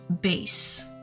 base